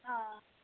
آ